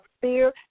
fear